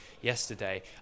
yesterday